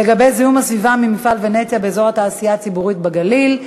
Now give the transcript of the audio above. לגבי זיהום הסביבה ממפעל "פניציה" באזור התעשייה ציפורית בגליל.